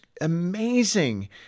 amazing